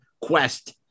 quest